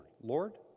Lord